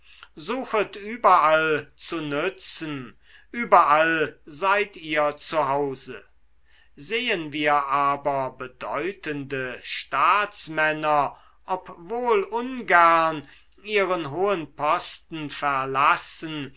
suchet überall zu nützen überall seid ihr zu hause sehen wir aber bedeutende staatsmänner obwohl ungern ihren hohen posten verlassen